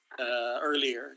earlier